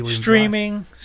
streaming